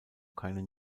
keine